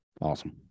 Awesome